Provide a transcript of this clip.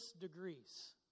degrees